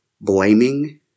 blaming